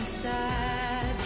sad